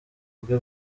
bwe